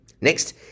Next